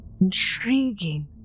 intriguing